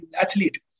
athlete